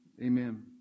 Amen